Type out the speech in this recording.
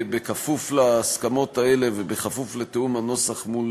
בכפוף להסכמות האלה ובכפוף לתיאום הנוסח מול